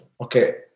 Okay